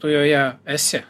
tu joje esi